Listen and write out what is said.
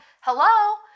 hello